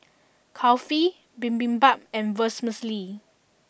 Kulfi Bibimbap and Vermicelli